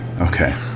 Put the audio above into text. Okay